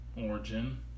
Origin